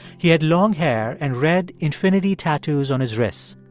he had long hair and red infinity tattoos on his wrist.